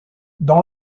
dans